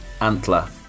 Antler